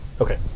Okay